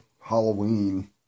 Halloween